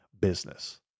business